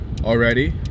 already